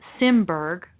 Simberg